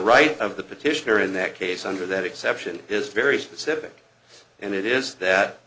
right of the petitioner in that case under that exception is very specific and it is that